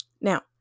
Now